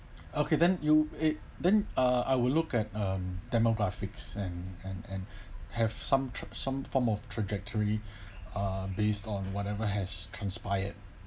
okay then you it then uh I will look at um demographics and and and have some some form of trajectory uh based on whatever has transpired